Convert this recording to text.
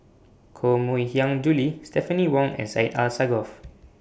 Koh Mui Hiang Julie Stephanie Wong and Syed Alsagoff